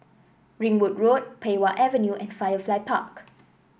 Ringwood Road Pei Wah Avenue and Firefly Park